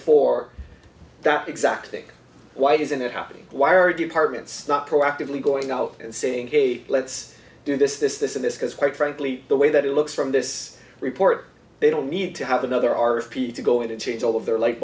for that exact thing why isn't it happening why are departments not proactively going out and saying hey let's do this this this and this because quite frankly the way that it looks from this report they don't need to have another r p to go in and change all of